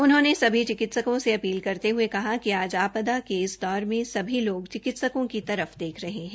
उन्होंने सभी चिकित्सकों से अपील करते हये कहा कि आज आपदा के इस दौरा में सभी लोग चिकित्सकों की तर फ देख रहे है